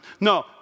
No